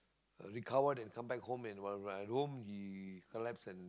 recover then come back home then when I when I go home he collapse and